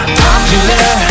popular